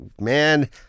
man